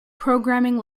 programming